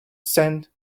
sand